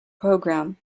program